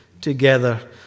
together